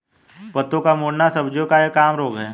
पत्तों का मुड़ना सब्जियों का एक आम रोग है